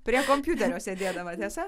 prie kompiuterio sėdėma tiesa